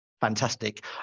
Fantastic